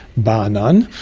bar none.